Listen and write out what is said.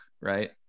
right